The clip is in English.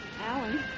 Alan